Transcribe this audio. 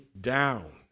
down